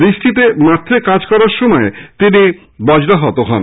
বৃষ্টিতে মাঠে কাজ করার সময় তিনি বজ্রাহত হন